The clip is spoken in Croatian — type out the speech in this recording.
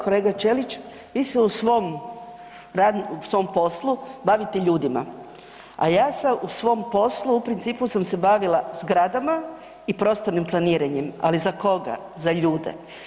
Kolega Ćelić vi se u svom poslu bavite ljudima, a ja se u svom poslovima u principu sam se bavila zgradama i prostornim planiranjem, ali za koga, za ljude.